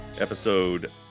episode